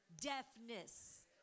deafness